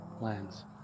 lands